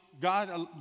God